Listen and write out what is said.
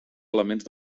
elements